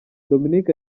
dominic